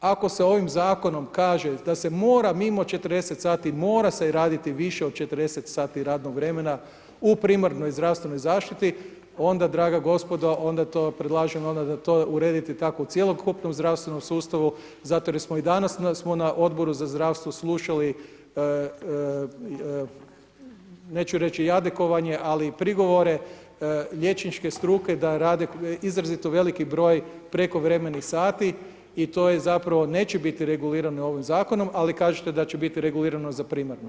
Ako se ovim zakonom kaže da se mora mimo 40 sati, mora se raditi više od 40 sati radnog vremena u primarnoj zdravstvenoj zaštiti onda draga gospodo, onda to predlažemo da onda to uredite tako u cjelokupnom zdravstvenom sustavu zato jer smo i danas smo na odboru za zdravstvo slušali, neću reći jadikovanje ali i prigovore liječničke struke da rade izrazito veliki broj prekovremenih sati i to zapravo neće biti regulirano ovim zakonom ali kažete da će biti regulirano za primarnu.